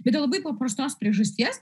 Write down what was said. bet dėl labai paprastos priežasties